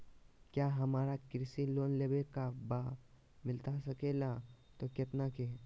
क्या हमारा कृषि लोन लेवे का बा मिलता सके ला तो कितना के?